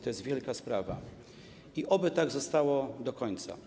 To jest wielka sprawa i oby tak zostało do końca.